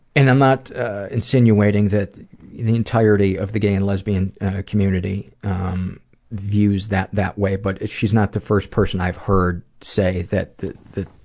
and i'm not insinuating that the entirety of the gay and lesbian community views that that way, but she's not the first person i've heard say that the the